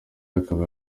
akaba